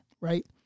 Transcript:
right